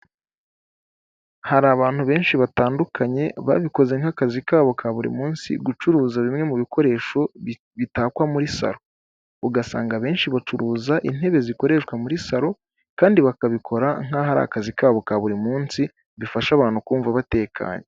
Hari abantu benshi batandukanye, babikoze nk'akazi kabo ka buri munsi, gucuruza bimwe mu bikoresho bitakwa muri salo, ugasanga abenshi bacuruza intebe zikoreshwa muri salo, kandi bakabikora nk'aho ari ari akazi kabo ka buri munsi, bifasha abantu kumva batekanye.